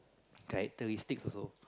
characteristics also